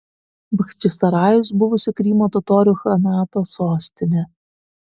bachčisarajus buvusi krymo totorių chanato sostinė